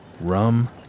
Rum